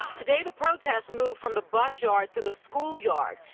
today, the protest moved from the bus yard to the school yard.